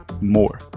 more